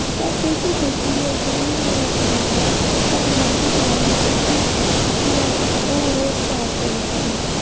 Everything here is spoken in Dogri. वा टेढी मेढी गै जनेही मर्जी लग्गै पर लांदी ही अ'ऊं उस्सी कि उस्सी और और शैल करी सकां